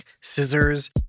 scissors